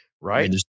Right